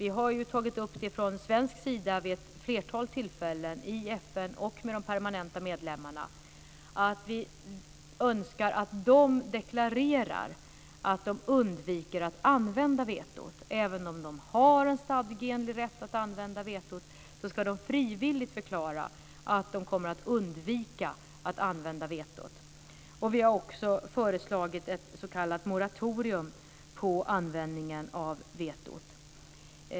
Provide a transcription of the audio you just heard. Vi har från svensk sida tagit upp frågan vid ett flertal tillfällen med de permanenta medlemmarna i FN. Vi önskar att de deklarerar att de undviker att använda vetot. Även om de har en stadgeenlig rätt att använda vetot ska de frivilligt förklara att de kommer att undvika att använda vetot. Vi har också föreslagit ett s.k. moratorium på användningen av vetot.